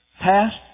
past